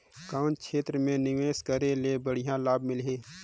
कौन क्षेत्र मे निवेश करे ले बढ़िया लाभ मिलही?